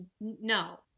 no